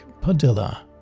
Padilla